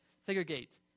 segregate